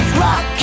rock